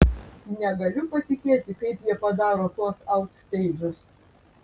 negaliu patikėti kaip jie padaro tuos autsteidžus